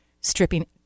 stripping